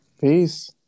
Peace